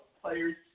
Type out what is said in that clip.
players